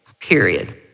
period